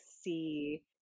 see